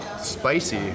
spicy